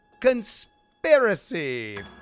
conspiracy